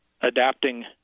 adapting